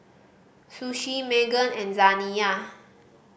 Suzie Meghann and Zaniyah